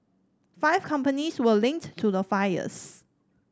five companies were linked to the fires